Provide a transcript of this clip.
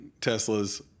Teslas